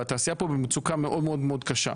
והתעשייה פה במצוקה מאוד מאוד קשה.